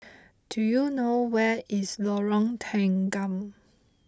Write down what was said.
do you know where is Lorong Tanggam